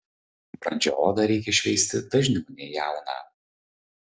brandžią odą reikia šveisti dažniau nei jauną